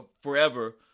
forever